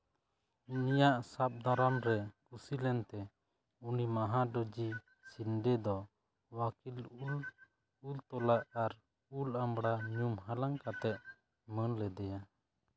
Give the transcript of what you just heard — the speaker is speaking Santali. ᱩᱱᱤᱭᱟᱜ ᱥᱟᱵᱫᱟᱨᱟᱢ ᱨᱮ ᱠᱩᱥᱤᱞᱮᱱᱛᱮ ᱩᱱᱤ ᱢᱟᱦᱟ ᱰᱚᱡᱤ ᱥᱤᱱᱰᱮ ᱫᱚ ᱳᱣᱟᱠᱤᱞ ᱩᱞᱼᱩᱞᱛᱚᱞᱟᱜ ᱟᱨ ᱩᱞ ᱟᱢᱲᱟ ᱧᱩᱢ ᱦᱟᱞᱟᱝ ᱠᱟᱛᱮᱫ ᱢᱟᱹᱱ ᱞᱮᱫᱮᱭᱟ